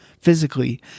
physically